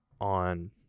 on